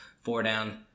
four-down